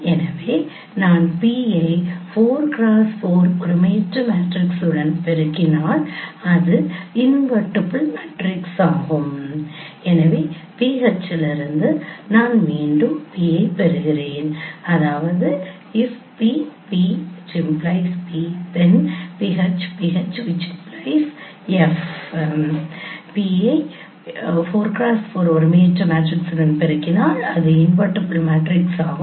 எனவே நான் P ஐ 4x4 ஒருமையற்ற மேட்ரிக்ஸுடன் பெருக்கினால் அது இன்வெர்ட்டிபிள் மேட்ரிக்ஸ் ஆகும்